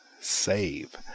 Save